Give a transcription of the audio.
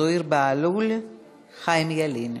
זוהיר בהלול וחיים ילין.